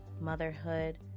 motherhood